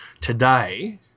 today